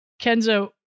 Kenzo